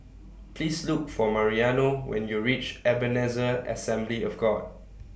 Please Look For Mariano when YOU REACH Ebenezer Assembly of God